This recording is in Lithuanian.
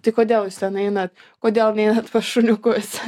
tai kodėl jūs ten einat kodėl neinat pas šuniukus